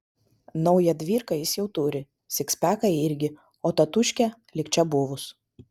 naują dvyrką jis jau turi sikspeką irgi o tatūškė lyg čia buvus